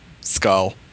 skull